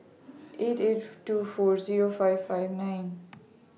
eight eight two four Zero five five nine